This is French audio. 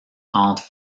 entre